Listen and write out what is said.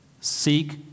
seek